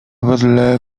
wedle